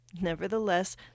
Nevertheless